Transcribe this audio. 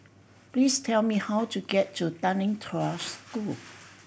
please tell me how to get to Tanglin Trust School